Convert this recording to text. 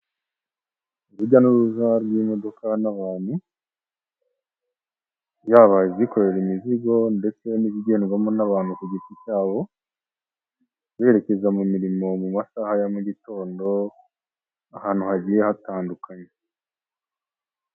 Urujya n'uruza rw'imodoka n'abantu, yaba izikorera imizigo ndetse n'ibigendwamo n'abantu ku giti cyabo. Berekeza mu mirimo mu masaha ya mu gitondo, ahantu hagiye hatandukanye.